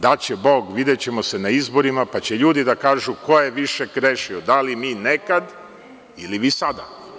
Daće Bog, videćemo se na izborima pa će ljudi da kažu ko je više grešio, da li mi nekad ili vi sada.